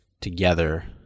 together